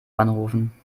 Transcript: anrufen